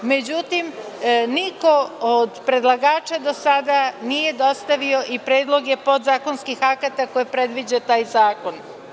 Međutim, niko od predlagača do sada nije dostavio i predloge podzakonskih akata koje predviđa taj zakon.